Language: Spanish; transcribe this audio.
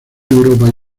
europa